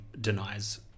denies